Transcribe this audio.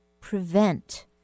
prevent